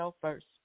first